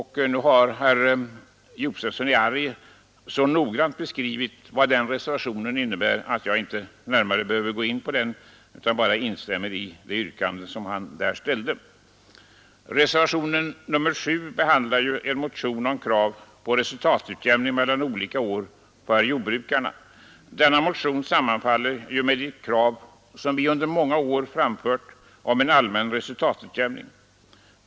Herr Josefson i Arrie har nu så noggrant beskrivit innebörden av denna reservation att jag inte närmare behöver gå in på den utan bara instämmer i det yrkande han på denna punkt ställt. Reservationen 7 behandlar en motion om krav på resultatutjämning mellan olika år för jordbrukarna. Detta motionsyrkande sammanfaller med ett krav, som vi under många år framfört, om en allmän resultatutjämning.